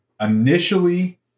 Initially